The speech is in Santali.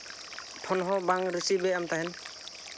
ᱯᱷᱳᱱ ᱦᱚᱸ ᱵᱟᱝ ᱨᱤᱥᱤᱵᱷᱮᱜᱼᱟ ᱛᱟᱦᱮᱸᱫ